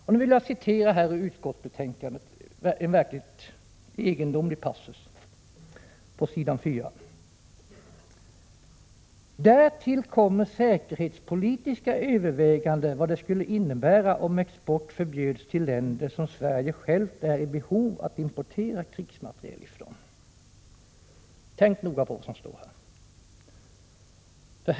Jag vill här citera en mycket egendomlig passus i utskottsbetänkandet på s. 4: ”Därtill kommer säkerhetspolitiska överväganden vad det skulle innebära om export förbjöds till länder som Sverige självt är i behov att importera krigsmateriel ifrån.” Tänk noga på vad som står här!